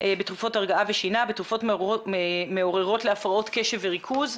בתרופות הרגעה ושינה ותרופות מעוררות להפרעות קשב וריכוז.